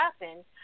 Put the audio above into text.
happen